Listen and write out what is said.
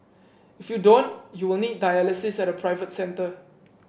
if you don't you will need dialysis at a private centre